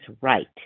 right